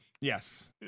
Yes